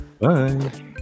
Bye